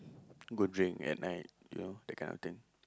go drink at night you know that kind of thing